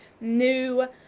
new